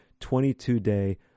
22-Day